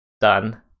done